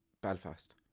Belfast